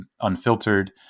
unfiltered